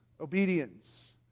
Obedience